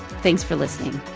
thanks for listening